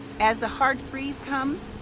as the hard freeze comes,